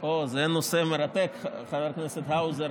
אוה,